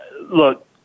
look